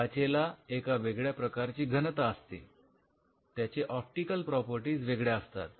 काचेला एक वेगळ्या प्रकारची ची घनता असते त्याचे ऑप्टिकल प्रॉपर्टीज वेगळ्या असतात